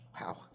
Wow